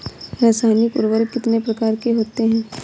रासायनिक उर्वरक कितने प्रकार के होते हैं?